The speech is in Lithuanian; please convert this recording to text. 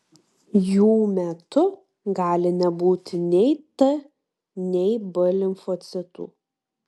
jų metu gali nebūti nei t nei b limfocitų